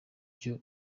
byo